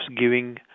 giving